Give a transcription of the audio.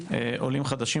עולים חדשים,